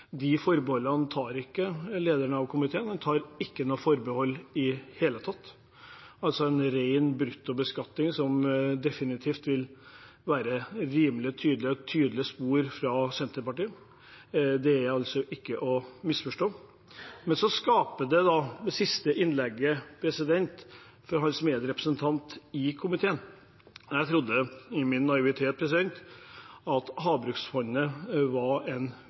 De forbeholdene tar ikke komiteens leder. Han tar ingen forbehold i det hele tatt. Han fremmer et forslag om ren bruttobeskatning, som definitivt har et tydelig spor av Senterpartiet. Det er altså ikke til å misforstå. Det siste innlegget til hans medrepresentant i komiteen skaper uforutsigbarhet. Jeg trodde i min naivitet at Havbruksfondet var en